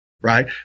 right